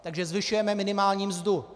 Takže zvyšujeme minimální mzdu.